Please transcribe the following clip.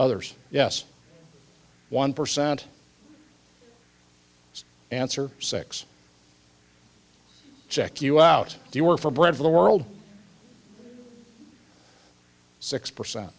others yes one percent answer six check you out do you work for bread for the world six percent